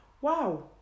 Wow